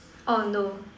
orh no